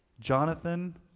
Jonathan